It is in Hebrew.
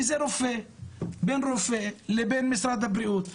כי זה רופא, בין רופא לבין משרד הבריאות.